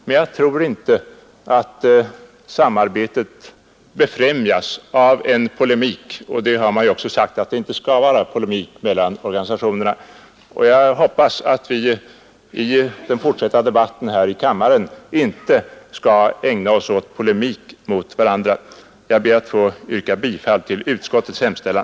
Men jag tror inte att samarbetet befrämjas av en polemik mellan organisationerna; man har ju också sagt att det inte skall förekomma någon sådan. Jag hoppas därför att vi i den fortsatta debatten — också den som sker här i kammaren — inte skall ägna oss åt polemik mot varandra. Jag ber, fru talman, att få yrka bifall till utskottets hemställan.